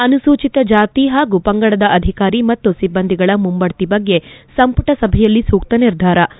ಅನುಸೂಚಿತ ಜಾತಿ ಹಾಗೂ ಪಂಗಡದ ಅಧಿಕಾರಿ ಮತ್ತು ಸಿಬ್ಬಂದಿಗಳ ಮುಂಬಡ್ತಿ ಬಗ್ಗೆ ಸಂಪುಟ ಸಭೆಯಲ್ಲಿ ಸೂಕ್ತ ನಿರ್ಧಾರ